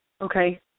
Okay